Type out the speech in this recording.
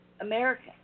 American